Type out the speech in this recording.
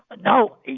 No